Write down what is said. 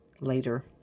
later